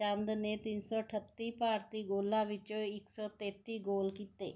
ਚੰਦ ਨੇ ਤਿੰਨ ਸੌ ਅਠੱਤੀ ਭਾਰਤੀ ਗੋਲਾਂ ਵਿੱਚੋਂ ਇੱਕ ਸੌ ਤੇਤੀ ਗੋਲ ਕੀਤੇ